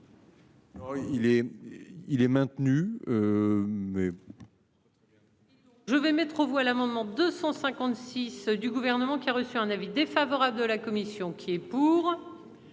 il est maintenu.